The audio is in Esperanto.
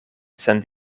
sen